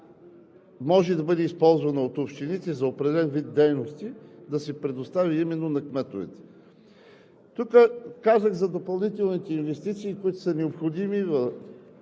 може да бъде използвана от общините за определен вид дейности, да се предостави именно на кметовете. Казах за допълнителните инвестиции, които са необходими